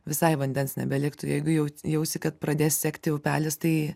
visai vandens nebeliktų jeigu jau jausi kad pradės sekti upelis tai